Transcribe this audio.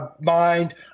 mind